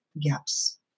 GAPs